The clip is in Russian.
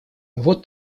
вот